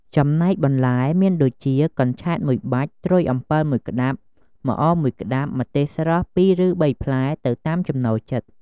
ចំណែកបន្លែមានដូចជា កញ្ឆែត ១ បាច់ ត្រួយអំពិល ១ ក្តាប់ ម្អម ១ ក្តាប់ ម្ទេសស្រស់ ២ឬ៣ ផ្លែ ទៅតាមចំណូលចិត្ត។